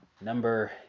number